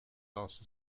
else